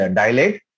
dilate